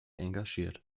engagiert